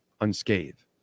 unscathed